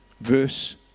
verse